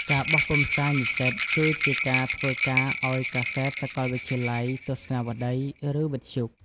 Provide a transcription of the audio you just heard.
ការបោះពុម្ពផ្សាយនិស្សិត គឺជាការធ្វើការឱ្យកាសែតសាកលវិទ្យាល័យ ទស្សនាវដ្តី ឬវិទ្យុ។